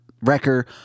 Wrecker